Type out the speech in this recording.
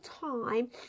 time